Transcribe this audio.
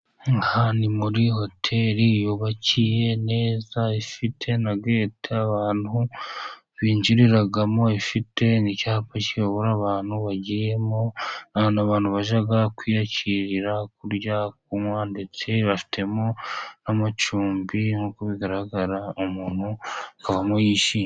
Aha ni muri hoteri yubakiye neza, ifite na geti abantu binjiriramo ,ifite ni icyapa kiyobora abantu bagiyemo, ahantu abantu bajya kwiyakirira kurya, kunywa, ndetse bafitemo n'amacumbi, nk'uko bigaragara umuntu akavamo yishimye.